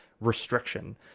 restriction